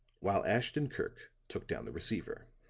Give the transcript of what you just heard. while ashton-kirk took down the receiver.